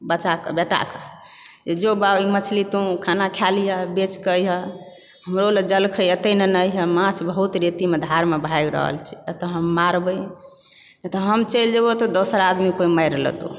बच्चाक बेटाके जे जो बाउ ई मछली तू खाना खाय लिहऽ बेचकऽ अइहऽ हमरो लऽ जलखै एतय लेनय अइहऽ माछ बहुत रेतीमे धारमे भागि रहल छै एतय हम मारबै नहि तऽ हम चलि जेबो तऽ दोसर आदमी कोइ मारि लेतौ